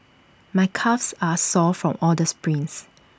my calves are sore from all the sprints